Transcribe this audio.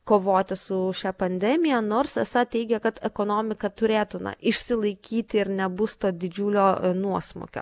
kovoti su šia pandemija nors esą teigia kad ekonomika turėtų na išsilaikyti ir nebus to didžiulio nuosmukio